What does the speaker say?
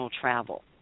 travel